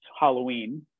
Halloween